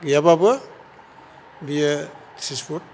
गैयाबाबो बियो थ्रिस पुद